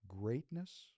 greatness